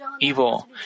evil